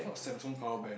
not Samsung power bank